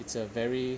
it's a very